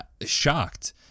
shocked